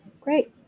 Great